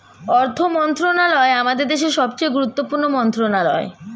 অর্থ মন্ত্রণালয় আমাদের দেশের সবচেয়ে গুরুত্বপূর্ণ মন্ত্রণালয়